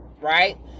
right